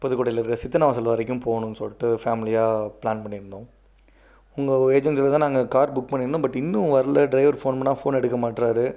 புதுக்கோட்டையில் இருக்கிற சித்தன்னவாசல் வரைக்கும் போகணும்னு சொல்லிட்டு ஃபேமிலியாக ப்ளேன் பண்ணியிருந்தோம் உங்கள் ஏஜென்சியிலேதான் நாங்கள் கார் புக் பண்ணியிருந்தோம் பட் இன்னும் வரலே டிரைவர் ஃபோன் பண்ணிணா ஃபோன் எடுக்க மாட்றாரு